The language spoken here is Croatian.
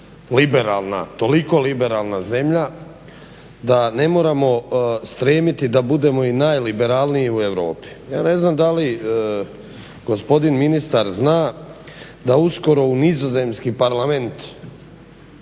liberalna toliko liberalna zemlja da ne moramo stremiti da budemo i najliberalniji u Europi. Ja ne znam da li gospodin ministar zna da uskoro u Nizozemski parlament